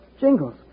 Jingles